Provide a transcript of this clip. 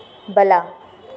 ಬಲ